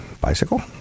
bicycle